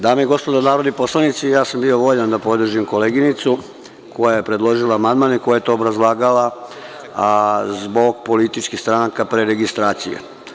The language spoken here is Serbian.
Dame i gospodo narodni poslanici, ja sam bio voljan da podržim koleginicu koja je predložila amandman i koja je to obrazlagala, zbog političkih stranaka preregistracije.